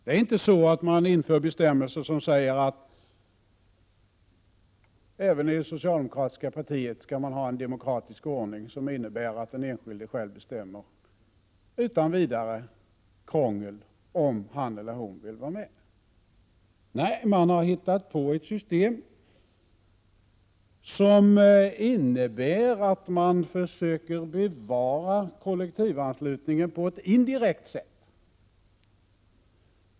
Man inför inte bestämmelser som säger att man även i det socialdemokratiska partiet skall ha en demokratisk ordning som innebär att den enskilde själv bestämmer, utan vidare krångel, om han eller hon vill vara med. Nej, man har hittat på ett system som innebär att man försöker bevara kollektivanslutningen på ett indirekt sätt.